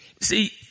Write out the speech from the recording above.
See